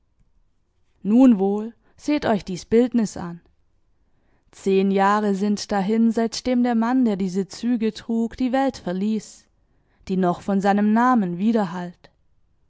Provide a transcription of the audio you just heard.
nun wohl seht euch dies bildnis an zehn jahre sind dahin seitdem der mann der diese züge trug die welt verließ die noch von seinem namen widerhallt